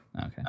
Okay